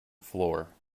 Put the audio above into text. floor